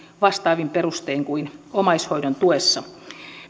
vastaavin perustein kuin omaishoidon tuessa